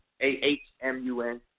A-H-M-U-N